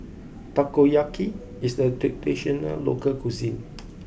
Takoyaki is a traditional local cuisine